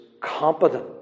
competent